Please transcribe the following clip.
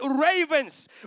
ravens